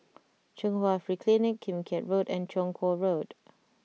Chung Hwa Free Clinic Kim Keat Road and Chong Kuo Road